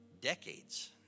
decades